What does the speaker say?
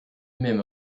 même